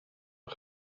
een